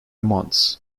months